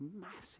massive